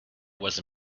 was